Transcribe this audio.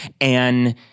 And-